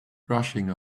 brushing